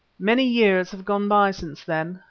many years have gone by since then.